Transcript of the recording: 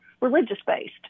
religious-based